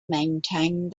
maintained